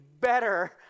better